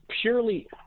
purely